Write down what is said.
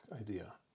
idea